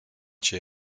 cię